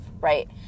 right